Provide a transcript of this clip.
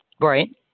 Right